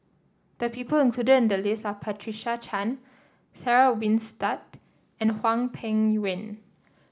the people included in the list are Patricia Chan Sarah Winstedt and Hwang Peng Yuan